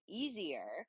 easier